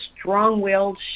strong-willed